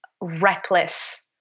reckless